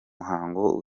muhango